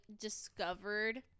discovered